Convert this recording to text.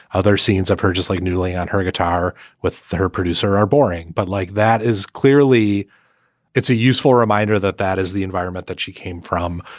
other scenes of her, just like newley on her guitar with her producer are boring. but like that is clearly it's a useful reminder that that is the environment that she came from,